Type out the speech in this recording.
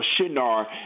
Shinar